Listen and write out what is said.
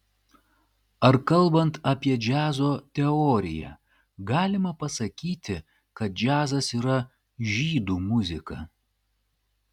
ar kalbant apie džiazo teoriją galima pasakyti kad džiazas yra žydų muzika